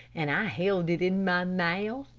and i held it in my mouth,